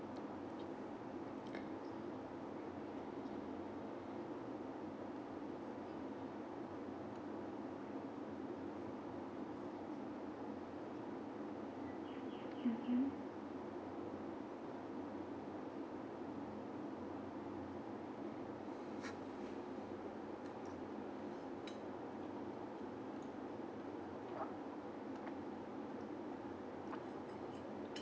mmhmm